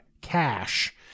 cash